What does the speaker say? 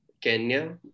Kenya